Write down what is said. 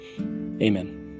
Amen